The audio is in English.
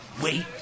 Wait